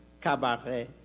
Cabaret